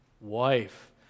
Wife